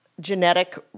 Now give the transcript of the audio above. genetic